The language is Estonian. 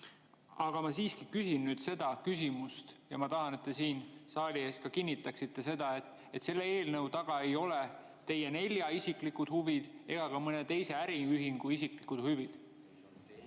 Aga ma siiski küsin nüüd selle küsimuse ja ma tahan, et te siin saali ees ka kinnitaksite seda, et selle eelnõu taga ei ole teie nelja isiklikud huvid ega ka mõne teise äriühingu isiklikud huvid.